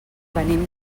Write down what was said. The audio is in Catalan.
venim